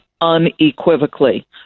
unequivocally